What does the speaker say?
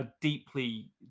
deeply